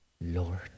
Lord